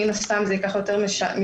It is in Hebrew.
מן הסתם זה ייקח יותר משנה,